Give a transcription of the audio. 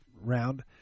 round